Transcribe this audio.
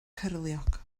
cyrliog